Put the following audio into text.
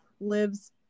lives